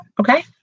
Okay